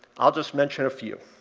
i'll just mention a few.